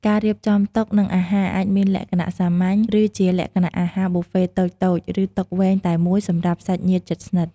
ការរៀបចំតុ និងអាហារអាចមានលក្ខណៈសាមញ្ញ ឬជាលក្ខណៈអាហារប៊ូហ្វេតូចៗ ឬតុវែងតែមួយសម្រាប់សាច់ញាតិជិតស្និទ្ធ។